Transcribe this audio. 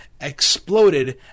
exploded